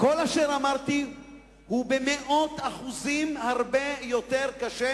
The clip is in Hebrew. כל אשר אמרתי הוא במאות אחוזים הרבה יותר קשה,